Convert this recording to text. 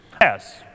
Yes